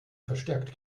verstärkt